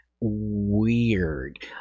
weird